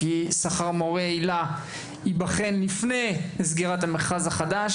כי שכר מורי היל"ה יבחן לפני סגירת המכרז החדש,